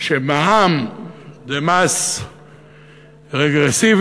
שמע"מ זה מס רגרסיבי,